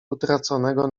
utraconego